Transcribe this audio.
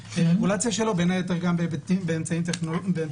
הרגולציה שלו בין היתר גם באמצעים דיגיטליים.